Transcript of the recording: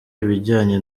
ibijyanye